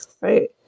right